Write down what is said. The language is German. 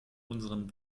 unseren